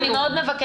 אני מאוד מבקשת,